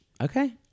Okay